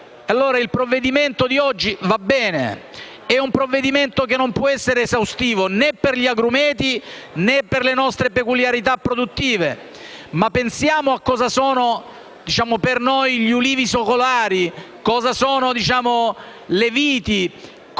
Il provvedimento di oggi quindi va bene, anche se è un provvedimento che non può essere esaustivo né per gli agrumeti né per le nostre peculiarità produttive, ma pensiamo a cosa sono per noi gli ulivi secolari, cosa sono le viti,